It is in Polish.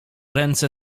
ręce